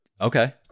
Okay